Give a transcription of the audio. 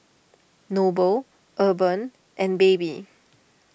Noble Urban and Baby